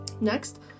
Next